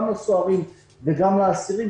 גם לסוהרים וגם לאסירים,